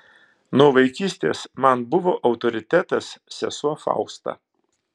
nuo vaikystės man buvo autoritetas sesuo fausta